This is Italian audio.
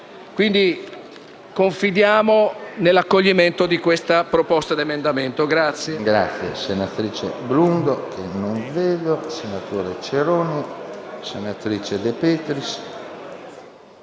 Quindi confidiamo nell’accoglimento di questa proposta di emendamento.